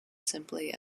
simply